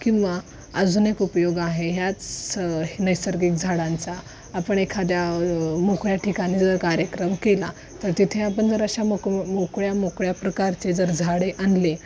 किंवा अजून एक उपयोग आहे ह्याच नैसर्गिक झाडांचा आपण एखाद्या मोकळ्या ठिकाणी जर कार्यक्रम केला तर तिथे आपण जर अशा मोक मोकळ्या मोकळ्या प्रकारचे जर झाडे आणले